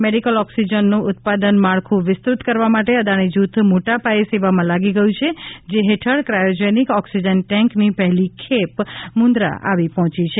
medical ઓક્સિજનનું ઉત્પાદન માળખું વિસ્તૃત કરવા માટે અદાણી જુથ મોટા પાયે સેવામાં લાગી ગયું છે જે હેઠળ કાયોજેનિક ઓક્સિજન ટેન્કની પહેલી ખેપ મુંદ્રા આવી પહોચી છે